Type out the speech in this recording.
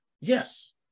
yes